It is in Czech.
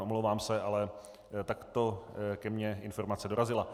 Omlouvám se, ale takto ke mně informace dorazila.